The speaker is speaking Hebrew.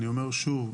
אני אומר שוב,